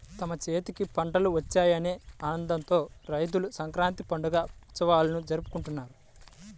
తమ చేతికి పంటలు వచ్చాయనే ఆనందంతో రైతులు సంక్రాంతి పండుగని ఉత్సవంలా జరుపుకుంటారు